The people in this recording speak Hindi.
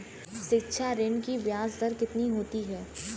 शिक्षा ऋण की ब्याज दर कितनी होती है?